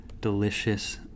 delicious